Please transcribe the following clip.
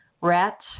rats